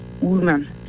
woman